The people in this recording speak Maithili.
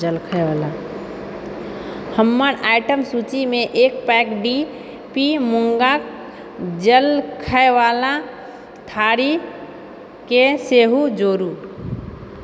जलखैवला हमर आइटम सूचीमे एक पैक डी पी मूङ्गाक जलखैवला थारीकेँ सेहो जोड़ू